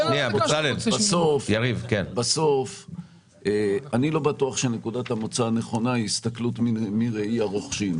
בסוף אני לא בטוח שנקודת המוצא הנכונה היא הסתכלות מראי הרוכשים.